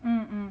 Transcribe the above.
mm mm